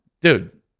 dude